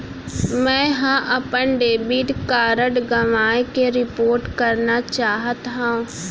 मै हा अपन डेबिट कार्ड गवाएं के रिपोर्ट करना चाहत हव